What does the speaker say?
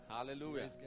Hallelujah